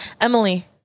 Emily